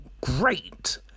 great